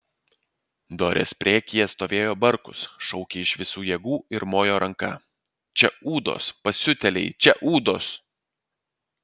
dorės priekyje stovėjo barkus šaukė iš visų jėgų ir mojo ranka čia ūdos pasiutėliai čia ūdos